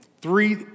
Three